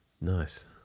Nice